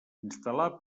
instal·lar